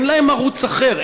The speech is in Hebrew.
אין להם ערוץ אחר,